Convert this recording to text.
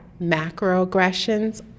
macroaggressions